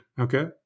Okay